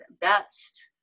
best